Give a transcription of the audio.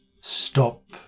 Stop